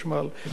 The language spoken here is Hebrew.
כבוד השר,